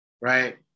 Right